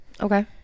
okay